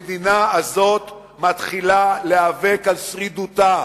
המדינה הזאת מתחילה להיאבק על שרידותה,